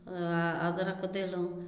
आओर अदरक देलहुँ